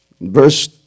Verse